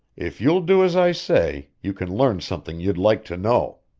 if you'll do as i say, you can learn something you'd like to know.